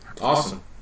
Awesome